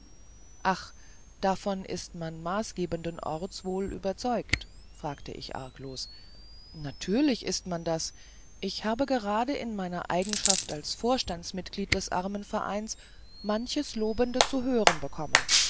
ach davon ist man maßgebenden orts wohl überzeugt fragte ich arglos natürlich ist man das ich habe gerade in meiner eigenschaft als vorstandsmitglied des armenvereins manches lobende zu hören bekommen